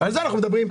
על זה אנחנו מדברים.